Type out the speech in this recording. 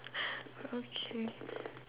okay